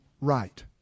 right